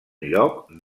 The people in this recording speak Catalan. lloc